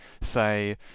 say